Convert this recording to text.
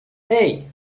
hey